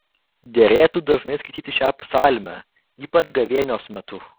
derėtų dažnai skaityti šią psalmę ypač gavėnios metu